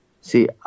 See